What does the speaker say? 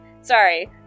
sorry